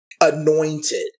anointed